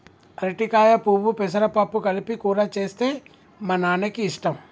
అరటికాయ పువ్వు పెసరపప్పు కలిపి కూర చేస్తే మా నాన్నకి ఇష్టం